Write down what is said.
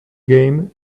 game